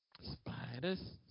spiders